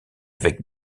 avec